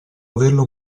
averlo